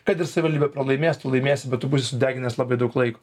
kad ir savivaldybė pralaimės tu laimėsi bet sudeginęs labai daug laiko